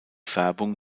färbung